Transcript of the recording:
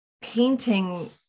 painting